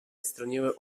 stroniły